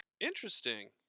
Interesting